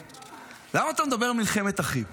למה אתה מדבר על מלחמת אחים?